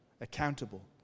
accountable